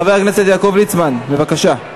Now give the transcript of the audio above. חבר הכנסת יעקב ליצמן, בבקשה.